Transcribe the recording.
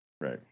right